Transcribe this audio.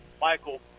michael